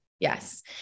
Yes